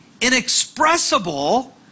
inexpressible